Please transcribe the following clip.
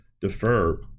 defer